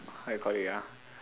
how you call it ah